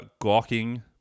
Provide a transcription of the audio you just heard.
gawking